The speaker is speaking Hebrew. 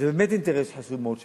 זה באמת אינטרס חשוב מאוד שלנו,